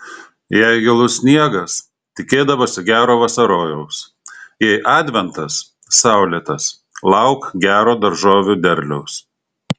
jei gilus sniegas tikėdavosi gero vasarojaus jei adventas saulėtas lauk gero daržovių derliaus